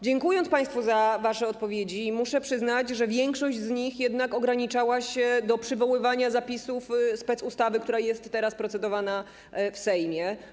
Dziękując państwu za wasze odpowiedzi, muszę przyznać, że większość z nich jednak ograniczała się do przywoływania zapisów specustawy, nad którą teraz procedujemy w Sejmie.